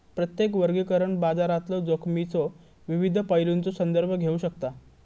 प्रत्येक वर्गीकरण बाजारातलो जोखमीच्यो विविध पैलूंचो संदर्भ घेऊ शकता